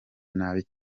nabi